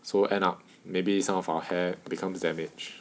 so end up maybe some of our hair becomes damage